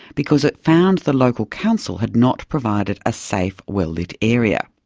because it found the local council had not provided a safe well-lit area.